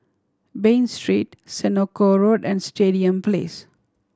Bain Street Senoko Road and Stadium Place